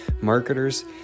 marketers